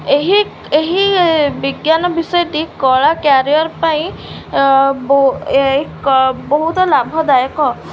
ଏହି ଏହି ବିଜ୍ଞାନ ବିଷୟଟି କଳା କ୍ୟାରିୟର ପାଇଁ ବହୁତ ଲାଭଦାୟକ